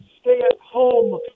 stay-at-home